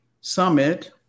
summit